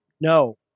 No